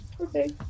Okay